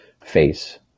face